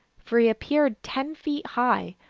for he appeared ten feet high,